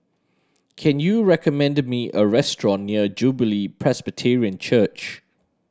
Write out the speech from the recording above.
can you recommend me a restaurant near Jubilee Presbyterian Church